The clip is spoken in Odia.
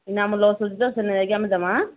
ନା ଆମ ଲସ୍ ହେଉଛି ନା ସେଦିନ ଯାଇକି ଦେବା